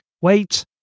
wait